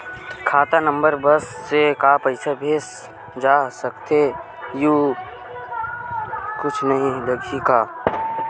खाता नंबर बस से का पईसा भेजे जा सकथे एयू कुछ नई लगही का?